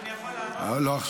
אני יכול לענות רגע?